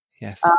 Yes